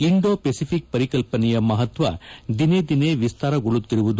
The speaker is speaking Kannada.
ಇಂಡೋ ಪೆಸಿಫಿಕ್ ಪರಿಕಲ್ಸನೆಯ ಮಹತ್ತ ದಿನೇ ದಿನೇ ವಿಸ್ಕಾರಗೊಳ್ಳುತ್ತಿರುವುದು